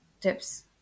tips